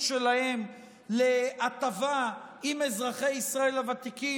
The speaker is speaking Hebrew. שלהם להטבה עם אזרחי ישראל הוותיקים,